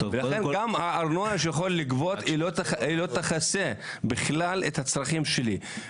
גם הארנונה שאתה יכול לגבות לא תכסה בכלל את הצרכים שלי.